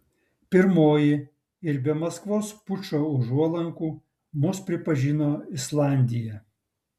pirmoji ir be maskvos pučo užuolankų mus pripažino islandija